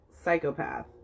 psychopath